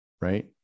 Right